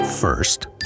First